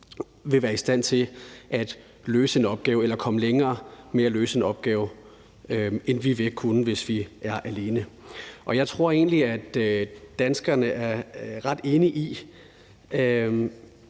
at løse en opgave eller komme længere med at løse en opgave, end vi vil kunne, hvis vi er alene. Jeg tror egentlig, at danskerne er ret enige i,